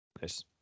Nice